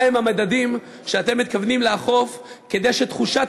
מה הם המדדים שאתם מתכוונים לאכוף כדי שתחושת